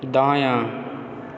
दायाँ